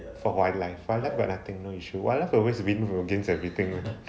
for wildlife wildlife got nothing no issue wildlife always win against everything [one]